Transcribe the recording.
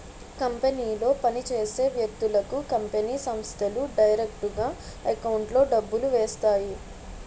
కంపెనీలో పని చేసే వ్యక్తులకు కంపెనీ సంస్థలు డైరెక్టుగా ఎకౌంట్లో డబ్బులు వేస్తాయి